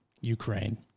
Ukraine